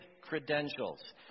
credentials